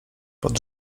pod